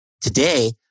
Today